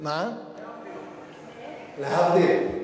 להבדיל?